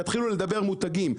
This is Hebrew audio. תתחילו לדבר מותגים,